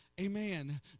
amen